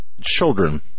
children